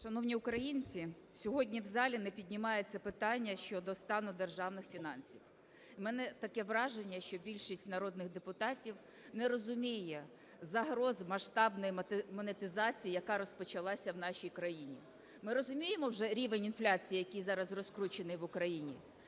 українці, сьогодні в залі не піднімається питання щодо стану державних фінансів. У мене таке враження, що більшість народних депутатів не розуміє загроз масштабної монетизації, яка розпочалася в нашій країні. Ми розуміємо вже рівень інфляції, який зараз розкручений в Україні?